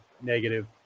negative